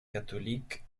catholiques